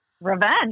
Revenge